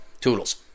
Toodles